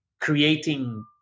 creating